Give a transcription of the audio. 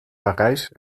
parijs